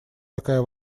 такая